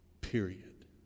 period